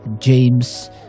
James